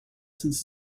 since